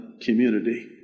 community